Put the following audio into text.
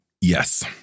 Yes